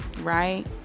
Right